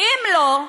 ואם לא,